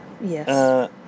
yes